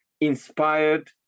inspired